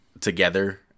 together